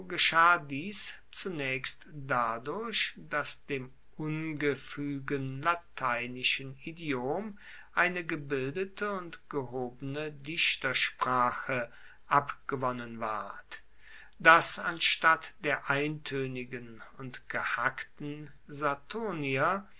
dies zunaechst dadurch dass dem ungefuegen lateinischen idiom eine gebildete und gehobene dichtersprache abgewonnen ward dass anstatt der eintoenigen und gehackten